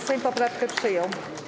Sejm poprawkę przyjął.